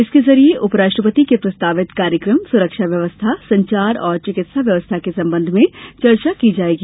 इसके जरिए उप राष्ट्रपति के प्रस्तावित कार्यक्रम सुरक्षा व्यवस्था संचार और चिकित्सा व्यवस्था के संबंध में चर्चा की जाएगी